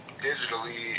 digitally